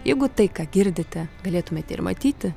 jeigu tai ką girdite galėtumėte ir matyti